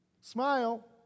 Smile